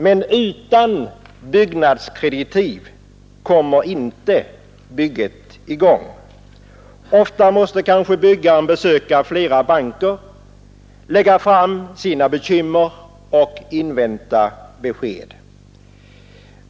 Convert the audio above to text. Men utan kreditiv kommer inte bygget i gång. Ofta måste kanske byggaren besöka flera banker och lägga fram sina bekymmer samt invänta besked.